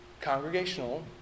congregational